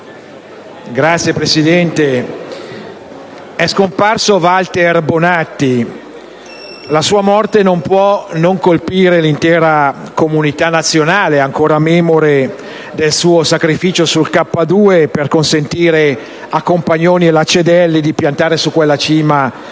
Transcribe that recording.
Signora Presidente, è scomparso Walter Bonatti. La sua morte non può non colpire l'intera comunità nazionale, ancora memore del suo sacrificio sul K2 per consentire a Compagnoni e Lacedelli di piantare su quella cima la